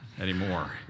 anymore